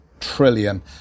trillion